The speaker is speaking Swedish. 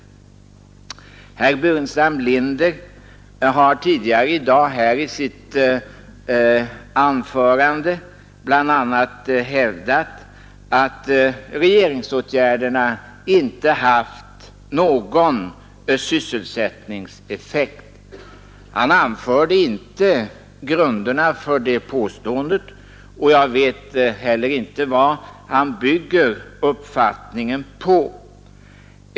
Herr Burenstam Linder har i sitt anförande tidigare i dag bl.a. hävdat att regeringsåtgärderna inte haft någon sysselsättningseffekt. Han anförde inte grunderna för det påståendet, och jag vet inte heller vad han bygger sin uppfattning på.